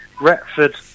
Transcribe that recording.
Retford